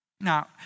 Now